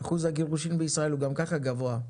אחוז הגירושין בישראל גם כך הוא גבוה.